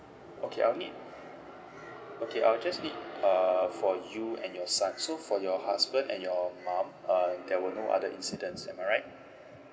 okay I will need okay I will just need uh for you and your son so for your husband and your mum uh there were no other incidents am I right